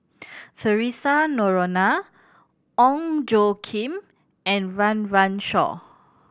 Theresa Noronha Ong Tjoe Kim and Run Run Shaw